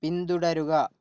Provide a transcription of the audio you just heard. പിന്തുടരുക